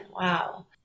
Wow